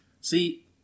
See